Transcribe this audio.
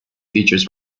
features